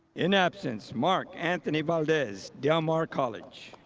in absence, marc anthony valdez, del mar college.